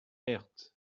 herth